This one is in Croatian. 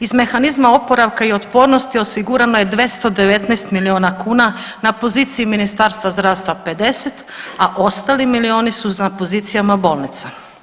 Iz mehanizma oporavka i otpornosti osigurano je 219 milijuna kuna na poziciji Ministarstva zdravstva, a ostali milijuni su na pozicijama bolnica.